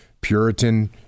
Puritan